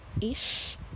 ish